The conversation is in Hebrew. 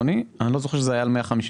אני לא זוכר שזה היה על 150,